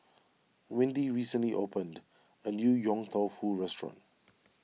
windy recently opened a new Yong Tau Foo restaurant